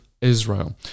Israel